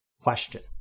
question